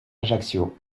ajaccio